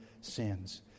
sins